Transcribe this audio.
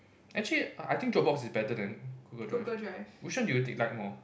actually I think Dropbox is better than Google Drive which one do you think like more